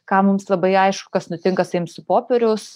ką mums labai aišku kas nutinka sakykim su popieriaus